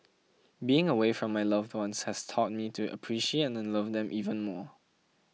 being away from my loved ones has taught me to appreciate and love them even more